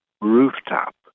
rooftop